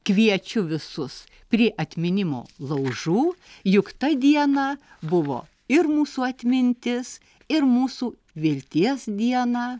kviečiu visus prie atminimo laužų juk ta diena buvo ir mūsų atmintis ir mūsų vilties dieną